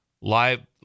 live